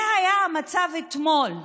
זה היה המצב אתמול,